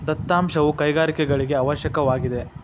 ದತ್ತಾಂಶವು ಕೈಗಾರಿಕೆಗಳಿಗೆ ಅವಶ್ಯಕವಾಗಿದೆ